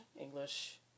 English